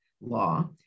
law